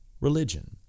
religion